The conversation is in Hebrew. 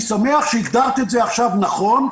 אני שמח שהגדרת את זה עכשיו נכון.